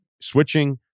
switching